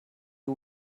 you